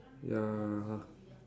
ya